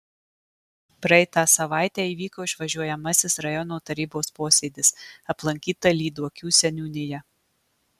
praeitą savaitę įvyko išvažiuojamasis rajono tarybos posėdis aplankyta lyduokių seniūnija